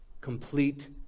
Complete